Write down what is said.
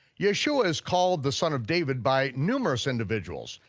yeshua is called the son of david by numerous individuals,